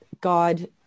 god